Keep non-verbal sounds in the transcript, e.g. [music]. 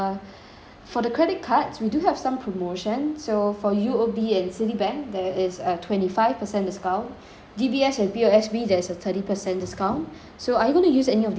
for the credit cards we do have some promotion so for U_O_B and citibank there is a twenty five percent discount [breath] D_B_S and P_O_S_B there's a thirty percent discount [breath] so are you going to use any of these cards